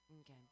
okay